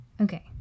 okay